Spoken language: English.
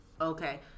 Okay